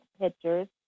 pictures